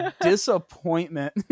disappointment